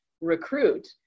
recruit